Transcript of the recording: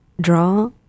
draw